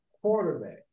quarterback